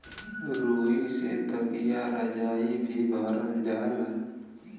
रुई से तकिया रजाई भी भरल जाला